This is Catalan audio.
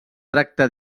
tracte